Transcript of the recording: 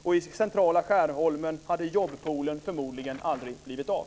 Och i centrala Skärholmen hade jobbpolen förmodligen aldrig blivit av.